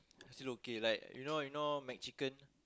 I still okay like you know you know McChicken